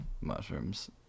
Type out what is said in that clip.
mushrooms